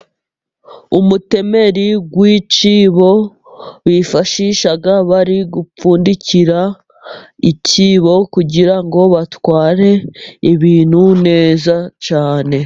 Umutemeri w'icyibo bifashisha bari gupfundikira icyibo kugira ngo batware ibintu neza cyane.